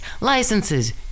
licenses